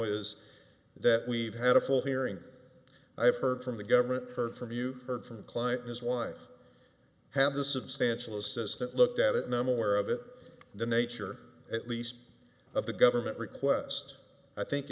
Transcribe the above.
is that we've had a full hearing i have heard from the government heard from you heard from a client needs one have the substantial assistant looked at it and i'm aware of it the nature at least of the government request i think